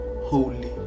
Holy